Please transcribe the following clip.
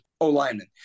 O-lineman